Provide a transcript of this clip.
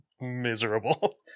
miserable